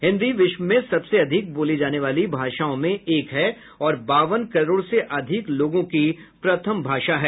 हिन्दी विश्व में सबसे अधिक बोली जाने वाली भाषाओं में एक है और बावन करोड़ से अधिक लोगों की प्रथम भाषा है